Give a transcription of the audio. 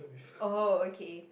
oh okay